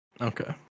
Okay